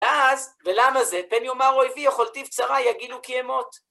אז, ולמה זה, פן יאמר איבי יכלתיו צרי יגילו כי אמוט